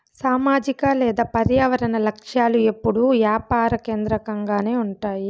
సామాజిక లేదా పర్యావరన లక్ష్యాలు ఎప్పుడూ యాపార కేంద్రకంగానే ఉంటాయి